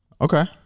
Okay